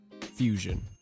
fusion